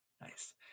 Nice